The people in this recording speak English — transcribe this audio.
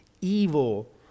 evil